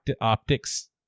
optics